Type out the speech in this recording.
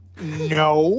No